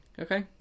Okay